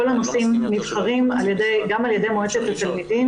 כל הנושאים נבחרים גם על ידי מועצת התלמידים.